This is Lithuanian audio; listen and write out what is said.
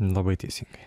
labai teisingai